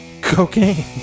cocaine